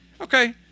Okay